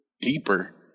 deeper